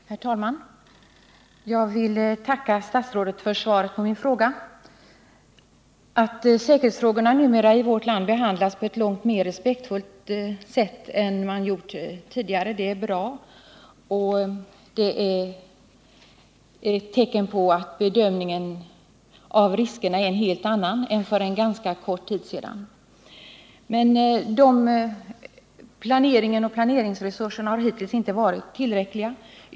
Herr talman! Jag vill tacka statsrådet för svaret på min fråga. Att säkerhetsfrågorna i vårt land numera behandlas på ett långt mer respektfullt sätt än man gjort tidigare är bra, och det är ett tecken på att bedömningen av riskerna är en helt annan nu än för en ganska kort tid sedan. Planeringen och planeringsresurserna har hittills inte varit tillräckliga.